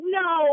no